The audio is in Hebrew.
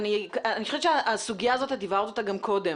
אני חושבת שהסוגיה הזאת, את הבהרת אותה גם קודם.